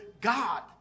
God